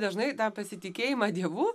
dažnai tą pasitikėjimą dievu